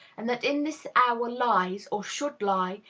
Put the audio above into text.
and that in this hour lies, or should lie,